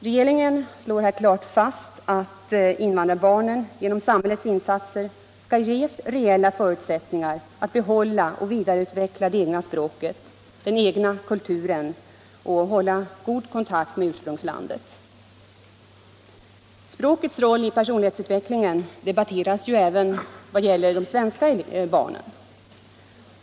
Regeringen slår här klart fast att invandrarbarnen genom samhällets insatser skall ges reella förutsättningar att behålla och vidareutveckla det egna språket och kulturen och att hålla god kontakt med ursprungslandet. Språkets roll i personlighetsutvecklingen debatteras ju även vad gäller de svenska barnen.